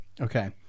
Okay